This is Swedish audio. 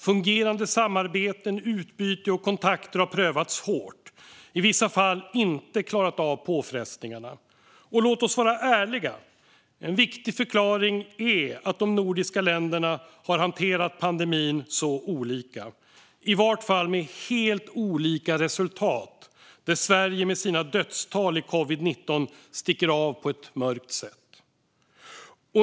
Fungerande samarbeten, utbyte och kontakter har prövats hårt och i vissa fall inte klarat av påfrestningarna. Låt oss vara ärliga. En viktig förklaring är att de nordiska länderna har hanterat pandemin så olika, och i varje fall med helt olika resultat där Sverige med sina dödstal i covid-19 sticker ut på ett mörkt sätt.